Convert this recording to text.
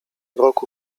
roku